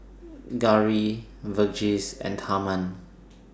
Gauri Verghese and Tharman